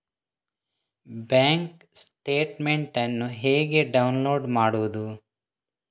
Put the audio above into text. Bank statement ಅನ್ನು ಹೇಗೆ download ಮಾಡುವುದು?